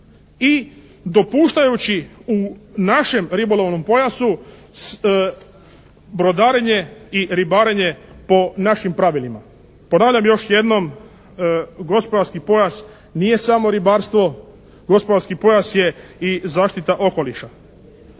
i dopuštajući u našem ribolovnom pojasu brodarenje i ribarenje po našim pravilima. Ponavljam još jednom gospodarski pojas nije samo ribarstvo. Gospodarski pojas je i zaštita okoliša.